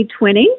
2020